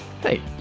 Hey